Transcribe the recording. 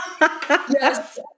Yes